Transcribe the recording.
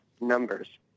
numbers